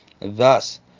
thus